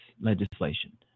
legislation